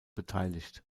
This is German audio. beteiligt